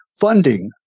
funding